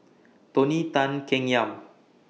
Tony Tan Keng Yam